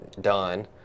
done